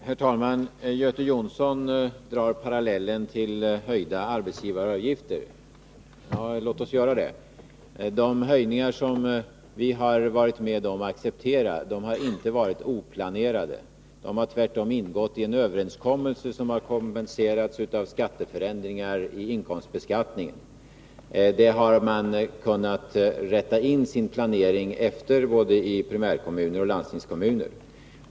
Herr talman! Göte Jonsson drar en parallell till höjda arbetsgivaravgifter. Ja, låt oss göra det. De höjningar som vi har accepterat har inte varit oplanerade. De har tvärtom ingått i en överenskommelse som har kompenserats av förändringar i inkomstbeskattningen. Efter detta har man kunnat inrätta sin planering i både primärkommuner och landstingskommuner.